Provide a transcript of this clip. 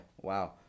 wow